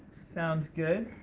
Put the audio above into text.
sounds good.